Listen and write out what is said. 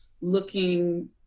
looking